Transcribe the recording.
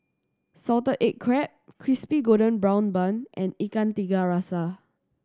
salted egg crab Crispy Golden Brown Bun and Ikan Tiga Rasa